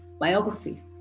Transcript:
biography